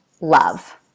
love